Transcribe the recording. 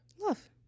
Love